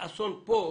אסון פה,